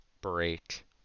break